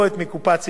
מי שעובד,